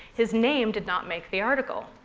his name did not make the article.